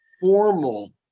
formal